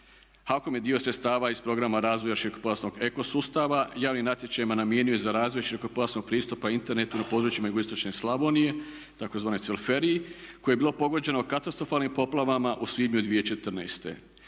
HAKOM je dio sredstava iz programa razvoja širokopojasnog eko sustava, javni natječajima namijenio za razvoj širokopojasnog pristupa internetu na područjima jugoistočne Slavonije, tzv. periferiji koje je bilo pogođeno katastrofalnim poplavama u svibnju 2014.